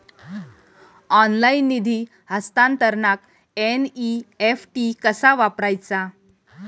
Online निधी हस्तांतरणाक NEFT कसा वापरायचा?